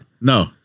No